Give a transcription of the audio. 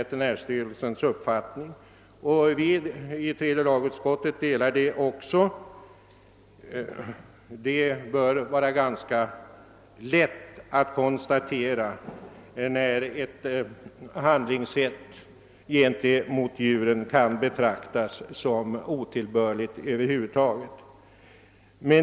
Tredje lagutskottet delar denna uppfattning; det bör vara ganska lätt att konstatera när ett handlingssätt gentemot djur kan betraktas som otillbörligt över huvud taget.